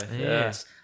Yes